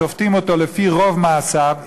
ששופטים אותו לפי רוב מעשיו,